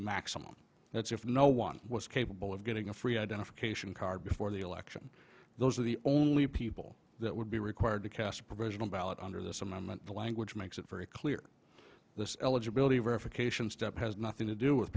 maximum and if no one was capable of getting a free identification card before the election those are the only people that would be required to cast a provisional ballot under this amendment the language makes it very clear this eligibility verification step has nothing to do with